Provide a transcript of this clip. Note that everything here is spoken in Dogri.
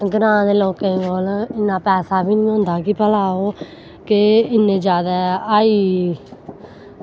ते ग्रां दे लोकें कोल इन्ना पैसा बी निं होंदा कि ओह् इन्ने जादै हाई